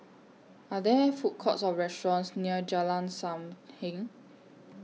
Are There Food Courts Or restaurants near Jalan SAM Heng